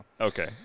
Okay